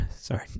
sorry